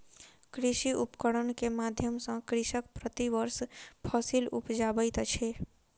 कृषि उपकरण के माध्यम सॅ कृषक प्रति वर्ष फसिल उपजाबैत अछि